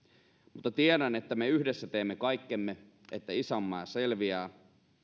mutta tiedän että me yhdessä teemme kaikkemme että isänmaa selviää